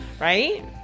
Right